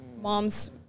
mom's